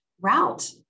route